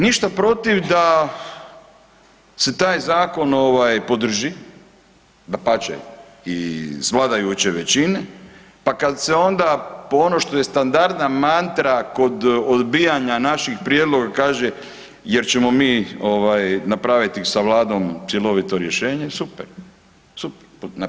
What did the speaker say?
Ništa protiv da se taj zakon podrži, dapače i s vladajuće većine, pa kad se onda ono što je standardna mantra kod odbijanja naših prijedloga kaže jer ćemo mi napraviti sa Vladom cjelovito rješenje super, super.